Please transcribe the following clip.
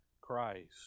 Christ